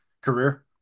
career